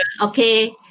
Okay